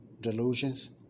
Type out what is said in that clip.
Delusions